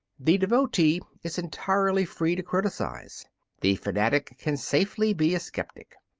the devotee is entirely free to criticise the fanatic can safely be a sceptic.